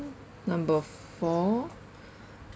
number four